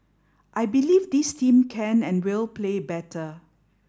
I believe this team can and will play better